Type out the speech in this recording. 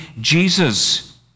Jesus